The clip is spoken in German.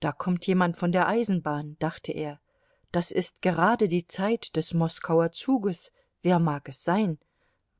da kommt jemand von der eisenbahn dachte er das ist gerade die zeit des moskauer zuges wer mag es sein